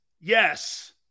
yes